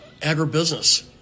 agribusiness